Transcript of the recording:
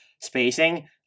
spacing